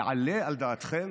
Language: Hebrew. יעלה על דעתכם